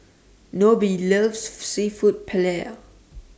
Nobie loves Seafood Paella